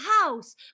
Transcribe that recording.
house